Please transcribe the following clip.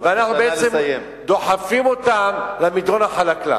ואנחנו בעצם דוחפים אותם למדרון החלקלק.